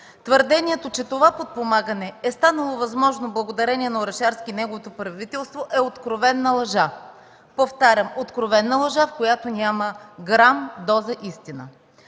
Твърдението, че това подпомагане е станало възможно благодарение на Орешарски и неговото правителство, е откровена лъжа, повтарям – откровена лъжа, в която няма грам доза истина.